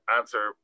answer